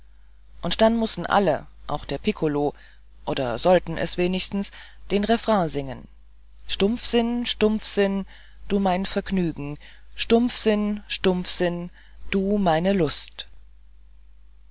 und dann mußten alle auch der pikkolo oder sollten es wenigstens den refrain singen stumpfsinn stumpfsinn du mein vergnügen stumpfsinn stumpfsinn du meine lust